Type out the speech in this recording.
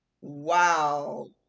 wow